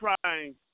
trying